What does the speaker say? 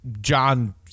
John